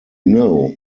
know